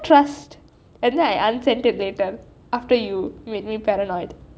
trust and then I unsent it later after you made me paranoid